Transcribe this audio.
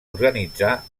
organitzar